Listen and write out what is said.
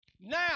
Now